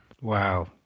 Wow